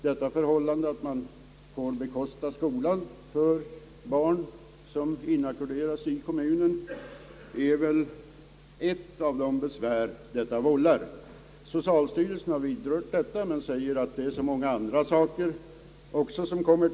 Det förhållanatt man får bekosta skolgången för barn som inackorderas inom kommunen kan öka dessa svårigheter. Socialstyrelsen har vidrört detta, men säger att många andra saker tillkommer.